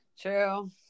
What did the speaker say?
True